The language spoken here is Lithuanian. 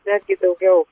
netgi daugiau